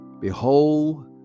behold